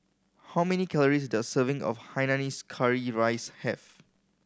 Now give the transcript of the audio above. how many calories does a serving of hainanese curry rice have